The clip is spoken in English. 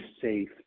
safe